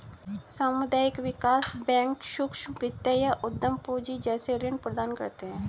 सामुदायिक विकास बैंक सूक्ष्म वित्त या उद्धम पूँजी जैसे ऋण प्रदान करते है